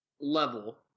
Level